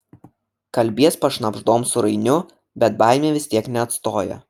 kalbies pašnabždom su rainiu bet baimė vis tiek neatstoja